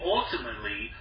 Ultimately